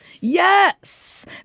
yes